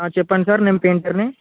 చెప్పండి సార్ నేను పెయింటర్ని